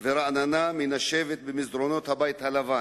ורעננה מנשבת במסדרונות הבית הלבן.